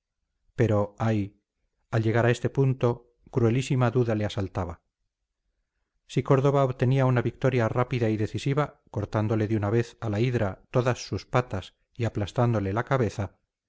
pero ay al llegar a este punto cruelísima duda le asaltaba si córdoba obtenía una victoria rápida y decisiva cortándole de una vez a la hidra todas sus patas y aplastándole la cabeza